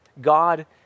God